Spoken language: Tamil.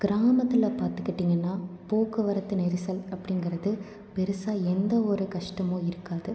கிராமத்தில் பார்த்துக்கிட்டிங்கனா போக்குவரத்து நெரிசல் அப்படிங்கிறது பெருசாக எந்த ஒரு கஷ்டமும் இருக்காது